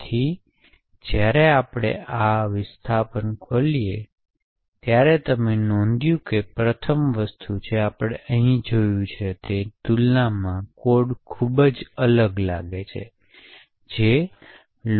તેથી જ્યારે આપણે આ વિસ્થાપન ખોલીએ ત્યારે તમે નોંધ્યું તે પ્રથમ વસ્તુ જે આપણે પહેલાં જોયું છે તેની તુલનામાં કોડ ખૂબ જ અલગ લાગે છે જે